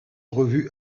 revu